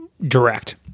direct